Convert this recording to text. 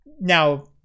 now